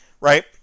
Right